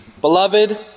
Beloved